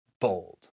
bold